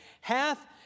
hath